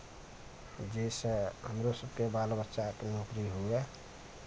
जै से हमरो सबके बाल बच्चाके नौकरी हुए